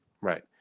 right